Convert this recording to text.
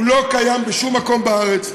הוא לא קיים בשום מקום בארץ,